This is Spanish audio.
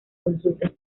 consultas